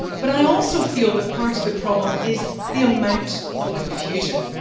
but i also feel that part of the problem is the amount of confusion.